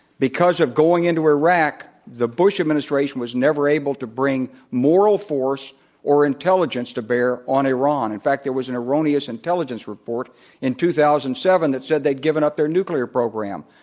because of going into iraq, the bush administration was never able to bring moral force or intelligence to bear on iran. in fact, there was an erroneous intelligence report in two thousand and seven that said they'd given up their nuclear program.